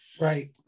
Right